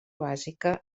bàsica